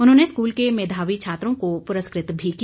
उन्होंने स्कूल के मेघावी छात्रों को पुरस्कृत भी किया